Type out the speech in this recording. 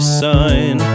sign